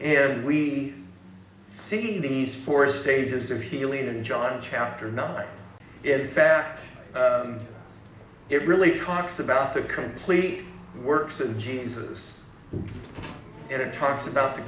and we see these four stages of healing in john chapter nine in fact it really talks about the complete works of jesus and it talks about the